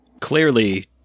Clearly